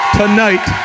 tonight